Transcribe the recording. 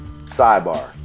sidebar